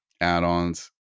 add-ons